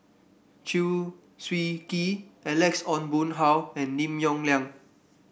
Chew Swee Kee Alex Ong Boon Hau and Lim Yong Liang